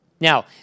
Now